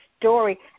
story